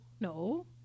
No